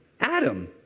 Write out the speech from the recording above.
Adam